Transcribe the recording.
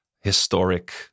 historic